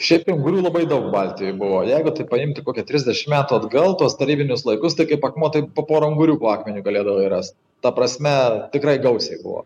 šiaip tai ungurių labai daug baltijoj buvo jeigu taip paimti kokią trisdešimt metų atgal tuos tarybinius laikus tai kaip akmuo tai po porą ungurių po akmeniu galėdavai rast ta prasme tikrai gausiai buvo